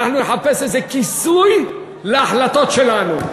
אנחנו נחפש איזה כיסוי להחלטות שלנו.